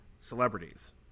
celebrities